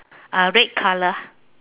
uh red colour